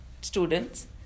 students